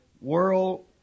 World